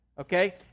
Okay